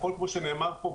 כמו שנאמר פה,